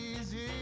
easy